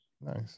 Nice